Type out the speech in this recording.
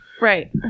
Right